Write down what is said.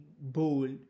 bold